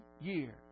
year